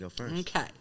Okay